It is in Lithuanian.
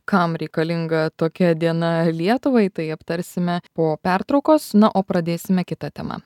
kam reikalinga tokia diena lietuvai tai aptarsime po pertraukos na o pradėsime kitą temą